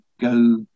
go